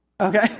okay